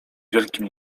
wielkim